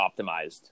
optimized